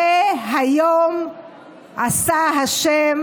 זה היום עשה ה'